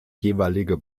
jeweilige